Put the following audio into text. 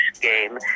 game